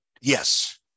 Yes